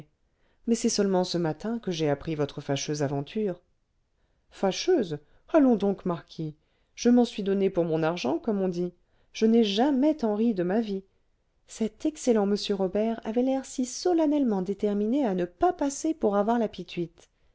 mais c'est seulement ce matin que j'ai appris votre fâcheuse aventure fâcheuse allons donc marquis je m'en suis donné pour mon argent comme on dit je n'ai jamais tant ri de ma vie cet excellent m robert avait l'air si solennellement déterminé à ne pas passer pour avoir